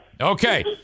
Okay